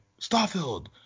Starfield